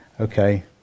Okay